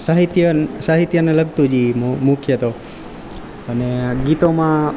સાહિત્ય સાહિત્યને લગતું જ એ મુખ્ય તો અને ગીતોમાં